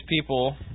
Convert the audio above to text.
people